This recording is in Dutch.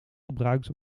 gebruikt